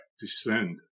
descend